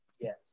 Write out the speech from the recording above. Yes